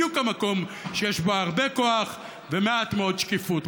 בדיוק המקום שיש בו הרבה כוח ומעט מאוד שקיפות,